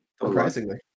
Surprisingly